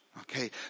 Okay